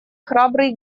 храбрый